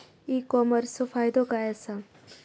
E कॉमर्सचो फायदो काय असा?